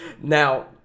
now